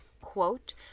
quote